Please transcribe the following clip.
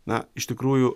na iš tikrųjų